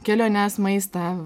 keliones maistą